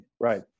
Right